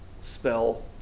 spell